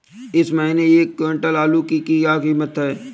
इस महीने एक क्विंटल आलू की क्या कीमत है?